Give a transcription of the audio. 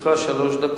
לרשותך שלוש דקות.